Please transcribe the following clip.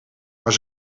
maar